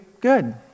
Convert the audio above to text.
good